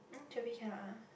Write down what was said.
hmm Gerpe cannot ah